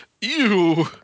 Ew